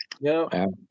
No